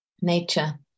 nature